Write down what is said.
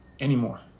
anymore